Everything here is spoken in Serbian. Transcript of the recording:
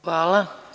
Hvala.